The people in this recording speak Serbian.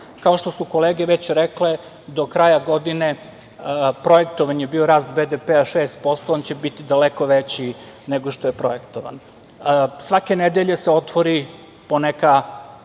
Kao što su kolege već rekle, do kraja godine projektovan je rast BDP 6%, a on će biti daleko veći nego što je projektovan. Svake nedelje se otvori po neka